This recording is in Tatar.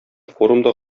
форумда